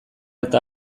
eta